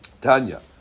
Tanya